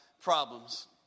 problems